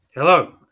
Hello